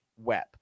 web